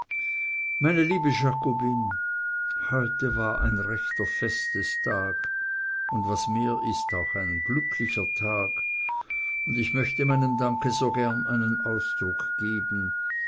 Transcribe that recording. meine liebe jakobine heute war ein rechter festestag und was mehr ist auch ein glücklicher tag und ich möchte meinem danke so gern einen ausdruck geben